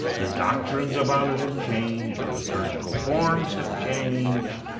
the doctrines about it have changed. the liturgical forms have changed.